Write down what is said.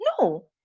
No